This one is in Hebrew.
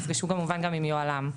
הם נפגשו כמובן גם עם יוהל"מ.